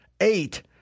eight